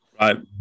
Right